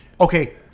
okay